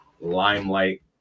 limelight